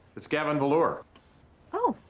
it's gavin volure. oh,